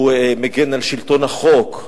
הוא מגן על שלטון החוק,